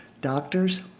doctors